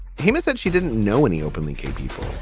famous that she didn't know any openly gay people,